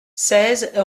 seize